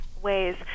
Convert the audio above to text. ways